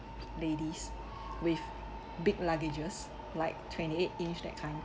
ladies with big luggages like twenty eight inch that kind